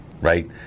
right